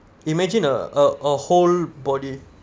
imagine a a a whole body